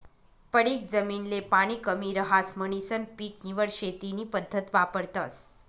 पडीक जमीन ले पाणी कमी रहास म्हणीसन पीक निवड शेती नी पद्धत वापरतस